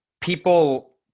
people